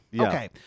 Okay